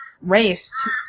race